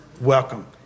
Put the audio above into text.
welcome